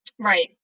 Right